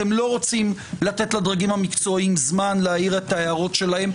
אתם לא רוצים לתת לדרגים המקצועיים זמן להעיר את הערות שלהם.